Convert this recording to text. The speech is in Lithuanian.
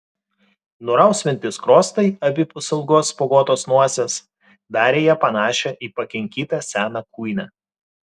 nurausvinti skruostai abipus ilgos spuoguotos nosies darė ją panašią į pakinkytą seną kuiną